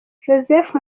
joseph